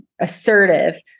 assertive